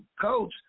coach